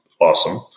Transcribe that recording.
awesome